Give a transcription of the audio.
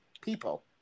people